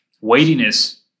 weightiness